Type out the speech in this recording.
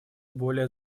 более